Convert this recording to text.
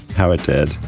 how it did.